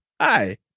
Hi